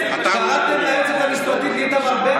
קראתם ליועצת המשפטית איתמר בן גביר.